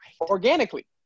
organically